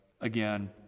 again